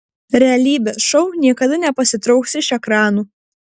realybės šou niekada nepasitrauks iš ekranų